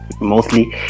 mostly